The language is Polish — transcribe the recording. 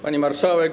Pani Marszałek!